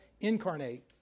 incarnate